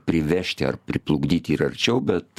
privežti ar priplukdyti ir arčiau bet